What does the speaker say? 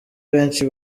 benshi